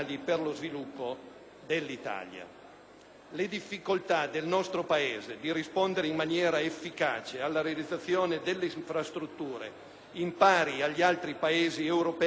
La difficoltadel nostro Paese di rispondere in maniera efficace alla realizzazione delle infrastrutture in pari agli altri Paesi europei rappresenta